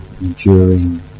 enduring